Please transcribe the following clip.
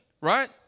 right